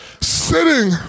sitting